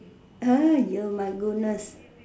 my goodness